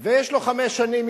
ויש לו חמש שנים.